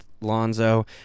Lonzo